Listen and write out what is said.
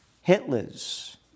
Hitler's